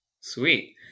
Sweet